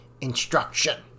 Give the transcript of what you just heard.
Instruction